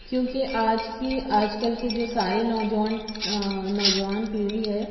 کیونکہ آج کی آج کل کے جو سارے نوجوان نوجوان پیڑھی ہے